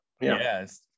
yes